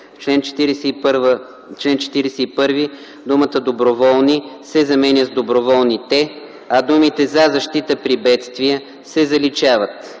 чл. 41 думата „Доброволни” се заменя с „Доброволните”, а думите „за защита при бедствия” се заличават.